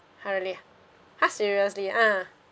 !huh! really ah !huh! seriously ah